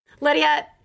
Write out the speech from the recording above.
Lydia